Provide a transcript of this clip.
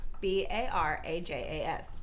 B-A-R-A-J-A-S